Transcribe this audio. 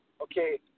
okay